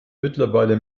mittlerweile